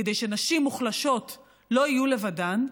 כדי שנשים מוחלשות לא יהיו לבדן.